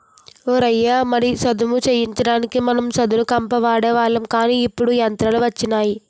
ఓ రయ్య మడి సదును చెయ్యడానికి మనం సదును కంప వాడేవాళ్ళం కానీ ఇప్పుడు యంత్రాలు వచ్చినాయి